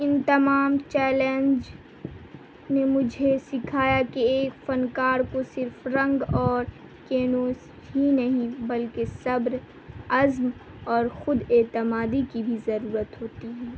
ان تمام چیلنج نے مجھے سکھایا کہ ایک فنکار کو صرف رنگ اور کینوس ہی نہیں بلکہ صبر عزم اور خود اعتمادی کی بھی ضرورت ہوتی ہے